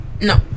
no